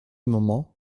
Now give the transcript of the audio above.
moment